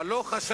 אבל לא חשב